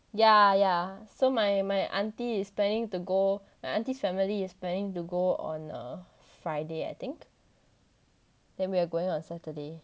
yeah yeah so my my auntie is planning to go my aunty's family is planning to go on err friday I think then we are going on saturday yeah it starts on friday yeah like thursday finish yeah